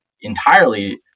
entirely